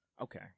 Okay